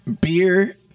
Beer